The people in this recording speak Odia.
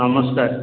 ନମସ୍କାର